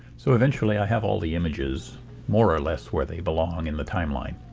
so, eventually, i have all the images more or less where they belong in the timeline.